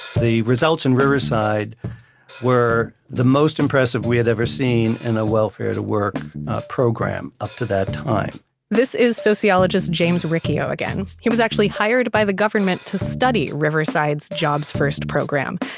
the results in riverside were the most impressive we had ever seen in a welfare-to-work program up to that time this is sociologist james riccio again. he was actually hired by the government to study riverside's jobs first program.